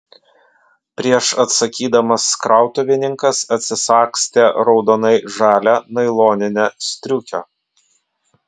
prieš atsakydamas krautuvininkas atsisagstė raudonai žalią nailoninę striukę